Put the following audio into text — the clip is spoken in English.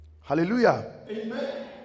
hallelujah